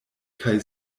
kaj